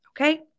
Okay